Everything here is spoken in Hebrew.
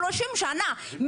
שלושים שנה,